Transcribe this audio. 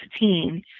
16